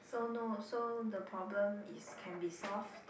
so no so the problem is can be solve